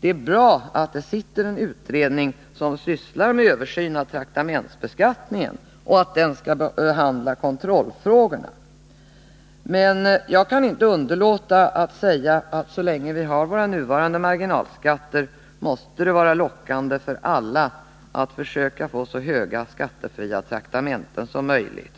Det är bra att det finns en utredning som sysslar med översyn av traktamentsbeskattningen och att den även skall behandla kontrollfrågorna, men jag kan inte underlåta att säga att så länge vi har våra nuvarande marginalskatter måste det vara lockande för alla att försöka få så höga skattefria traktamenten som möjligt.